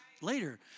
later